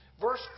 Verse